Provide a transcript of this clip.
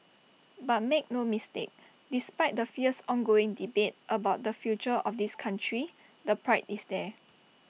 but make no mistake despite the fierce ongoing debate about the future of this country the pride is there